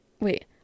wait